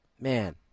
man